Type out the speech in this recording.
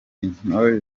intore